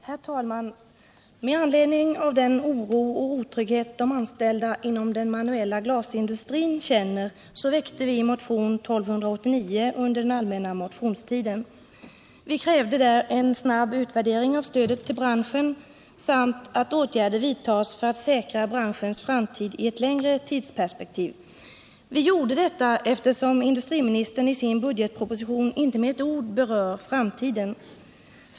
Herr talman! Med anledning av den oro och otrygghet de anställda inom den manuella glasindustrin känner har vi under den allmänna motionstiden väckt motionen 1289. Vi krävde där en snabb utvärdering av stödet till branschen samt att åtgärder vidtas för att säkra branschens framtid i ett längre tidsperspektiv. Vi gjorde detta eftersom industriministern i sin budgetproposition inte med ett ord berör framtiden.